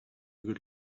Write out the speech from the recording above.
good